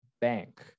bank